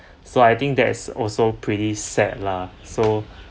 so I think that is also pretty sad lah so